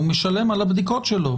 הוא משלם על הבדיקות שלו.